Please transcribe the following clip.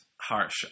harsh